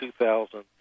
2000